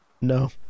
no